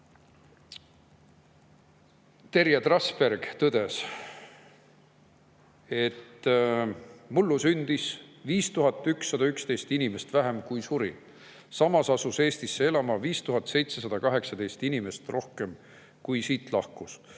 võrra väiksem. "Mullu sündis 5111 inimest vähem, kui suri, samas asus Eestisse elama 5718 inimest rohkem, kui siit lahkus.